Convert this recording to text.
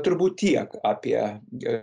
turbūt tiek apie ge